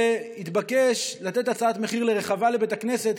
שהתבקש לתת הצעת מחיר לרחבה לבית הכנסת,